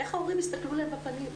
איך ההורים יסתכלו להם בפנים?